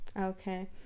okay